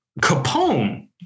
Capone